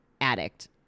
addict